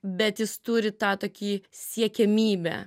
bet jis turi tą tokį siekiamybę